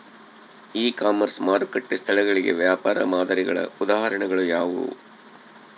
E commerce ಮಾರುಕಟ್ಟೆ ಸ್ಥಳಗಳಿಗೆ ವ್ಯಾಪಾರ ಮಾದರಿಗಳ ಉದಾಹರಣೆಗಳು ಯಾವುವು?